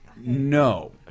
No